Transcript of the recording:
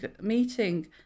meeting